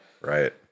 Right